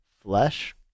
flesh